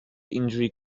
injury